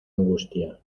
angustia